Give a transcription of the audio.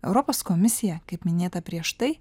europos komisija kaip minėta prieš tai